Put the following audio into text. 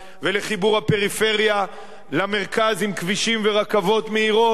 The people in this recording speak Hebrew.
ולחיבור הפריפריה למרכז עם כבישים ורכבות מהירות.